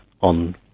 on